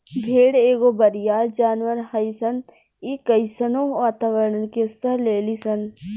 भेड़ एगो बरियार जानवर हइसन इ कइसनो वातावारण के सह लेली सन